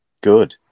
Good